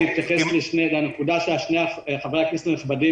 אתייחס לנקודה ששני חברי הכנסת הנכבדים